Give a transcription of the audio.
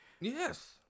Yes